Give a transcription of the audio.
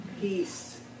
peace